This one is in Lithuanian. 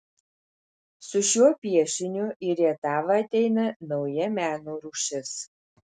su šiuo piešiniu į rietavą ateina nauja meno rūšis